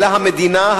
אלא המדינה,